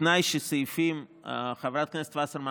בתנאי שסעיפים, חברת הכנסת וסרמן